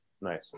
Nice